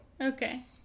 Okay